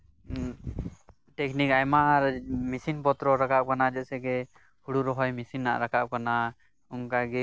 ᱮᱸᱜ ᱴᱮᱠᱱᱤᱠ ᱟᱭᱢᱟ ᱢᱮᱥᱤᱱ ᱯᱚᱛᱨᱚ ᱞᱟᱜᱟᱣ ᱠᱟᱱᱟ ᱡᱮᱭᱥᱮ ᱠᱤ ᱦᱩᱲᱩ ᱨᱮᱱᱟᱜ ᱢᱮᱥᱤᱱ ᱯᱚᱛᱨᱚ ᱨᱟᱠᱟᱵ ᱟᱠᱟᱱᱟ